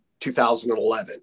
2011